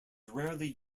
rarely